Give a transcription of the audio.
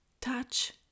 touch